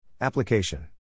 Application